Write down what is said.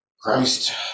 Christ